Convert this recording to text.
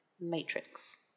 Matrix